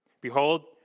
Behold